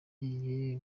nagiye